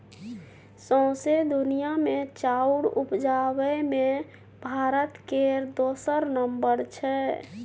सौंसे दुनिया मे चाउर उपजाबे मे भारत केर दोसर नम्बर छै